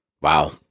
Wow